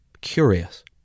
curious